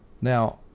Now